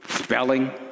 Spelling